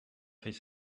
his